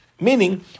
Meaning